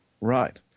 Right